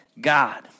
God